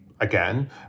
Again